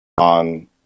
On